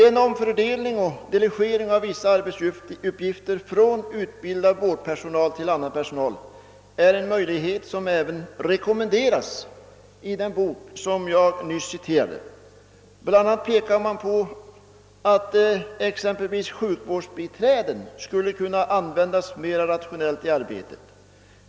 En omfördelning och delegering av vissa arbetsuppgifter från utbildad vårdpersonal till annan personal är en möjlighet som även rekommenderas i den bok som jag nyss citerade ur. Bl. a. pekar man på att sjukvårdsbiträden skulle kunna användas mer rationellt i arbetet.